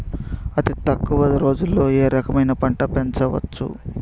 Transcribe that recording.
అతి తక్కువ రోజుల్లో ఏ రకమైన పంట పెంచవచ్చు?